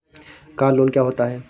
Car loan क्या होता है?